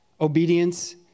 obedience